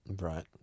Right